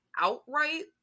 outright